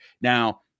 now